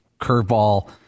curveball